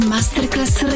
Masterclass